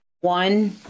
one